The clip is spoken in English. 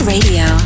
Radio